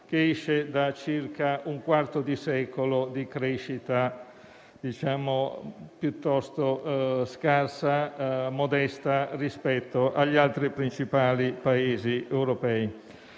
che esce da circa un quarto di secolo di crescita piuttosto scarsa o comunque modesta rispetto agli altri principali Paesi europei.